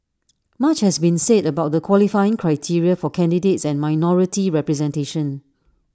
much has been said about the qualifying criteria for candidates and minority representation